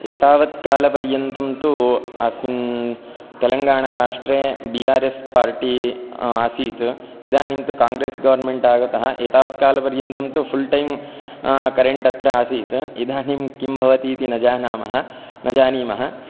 एतावत्कालपर्यन्तं तु अस्मिन् तेलङ्गाणराष्ट्रे बि आर् एस् पार्टी आसीत् इदानीं तु काङ्ग्रेस् गवर्न्मेण्ट् आगतः एतावत्कालपर्यन्तं तु फ़ुल् टैम् करेण्ट् अत्र आसीत् इदानीं किं भवति इति न जानीमः न जानीमः